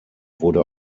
wurde